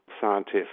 scientists